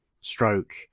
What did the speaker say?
stroke